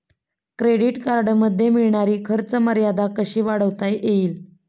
Credit कार्डमध्ये मिळणारी खर्च मर्यादा कशी वाढवता येईल?